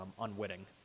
unwitting